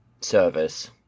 service